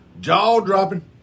Jaw-dropping